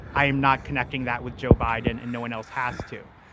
i am not connecting that with joe biden and no one else has to.